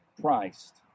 Christ